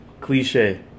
cliche